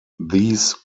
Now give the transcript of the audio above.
these